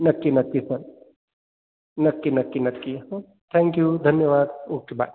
नक्की नक्की सर नक्की नक्की नक्की थँक्यू धन्यवाद ओके बाय